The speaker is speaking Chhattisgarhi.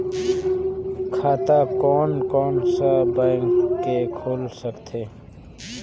खाता कोन कोन सा बैंक के खुल सकथे?